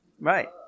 right